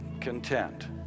content